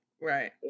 Right